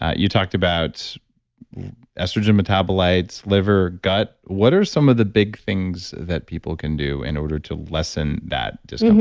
ah you talked about estrogen metabolites, liver, gut, what are some of the big things that people can do in order to lessen that discomfort?